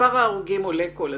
שמספר ההרוגים עולה כל הזמן.